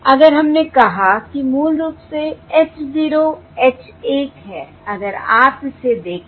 अगर हमने कहा कि मूल रूप से h 0 h 1 है अगर आप इसे देखें